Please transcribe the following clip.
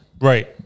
right